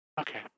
Okay